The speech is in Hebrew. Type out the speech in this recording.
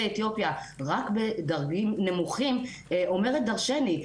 אתיופיה רק בדרגים נמוכים אומרת דרשני.